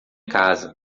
casa